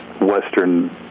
Western